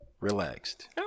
relaxed